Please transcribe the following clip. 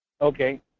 Okay